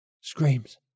Screams